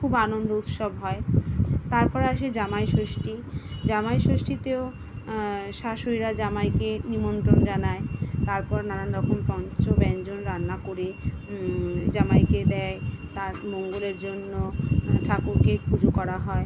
খুব আনন্দ উৎসব হয় তারপরে আসে জামাই ষষ্ঠী জামাই ষষ্ঠীতেও শ্বাশুরিরা জামাইকে নিমন্ত্রণ জানায় তারপর নানানরকম পঞ্চ ব্যাঞ্জন রান্না করে জামাইকে দেয় তার মঙ্গলের জন্য ঠাকুরকে পুজো করা হয়